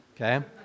okay